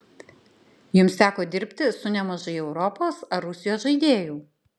jums teko dirbti su nemažai europos ar rusijos žaidėjų